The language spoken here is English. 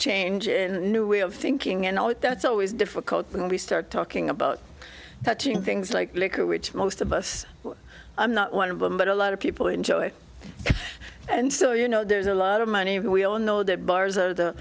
change in a new way of thinking and all that that's always difficult when we start talking about that to things like liquor which most of us i'm not one of them but a lot of people enjoy it and so you know there's a lot of money we all know that bars are the